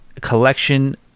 collection